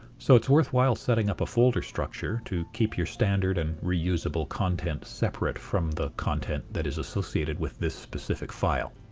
so it's worthwhile setting up a folder structure to keep your standard and reusable content separate from the content that is associated with this specific file.